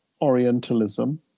Orientalism